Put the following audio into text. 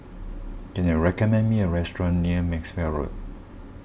can you recommend me a restaurant near Maxwell Road